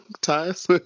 ties